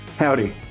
Howdy